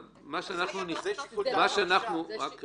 צריכה להיות בחוק הזה הגנה גם לזוכים, גם לחייבים.